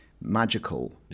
magical